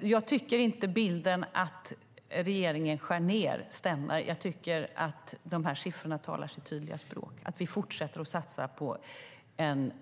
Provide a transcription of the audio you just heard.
Jag tycker inte att bilden att regeringen skär ned stämmer. Jag tycker att de här siffrorna talar sitt tydliga språk när det gäller att vi fortsätter att satsa på